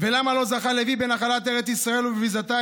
"ולמה לא זכה לוי בנחלת ארץ ישראל ובביזתה